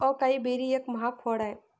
acai berry एक महाग फळ आहे